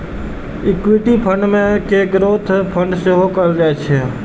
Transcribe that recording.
equity fund कें growth fund सेहो कहल जाइ छै